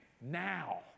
now